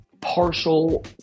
partial